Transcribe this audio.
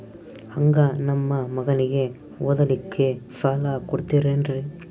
ಹಂಗ ನಮ್ಮ ಮಗನಿಗೆ ಓದಲಿಕ್ಕೆ ಸಾಲ ಕೊಡ್ತಿರೇನ್ರಿ?